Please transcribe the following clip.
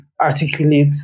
articulate